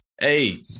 hey –